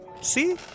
See